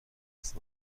است